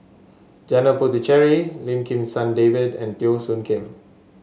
Janil Puthucheary Lim Kim San David and Teo Soon Kim